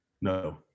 No